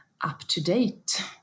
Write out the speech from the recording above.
up-to-date